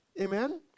Amen